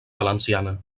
valenciana